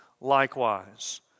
likewise